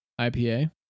IPA